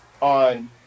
on